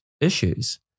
issues